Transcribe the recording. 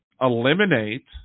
eliminate